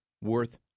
worth